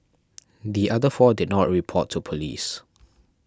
the other four did not report to police